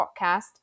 podcast